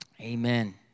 Amen